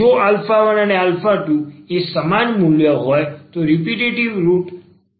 જો 1અને 2 એ સમાન મૂલ્ય હોય તો તે રીપીટેટ રુટ છે